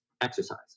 exercise